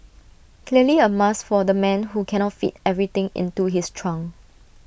clearly A must for the man who cannot fit everything into his trunk